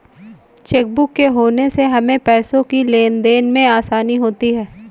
chequebook के होने से हमें पैसों की लेनदेन में आसानी होती हैँ